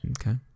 Okay